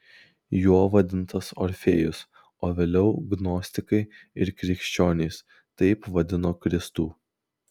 juo vadintas orfėjus o vėliau gnostikai ir krikščionys taip vadino kristų